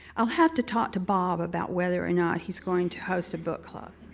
i'll have to talk to bob about whether or not he's going to host a book club.